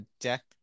deck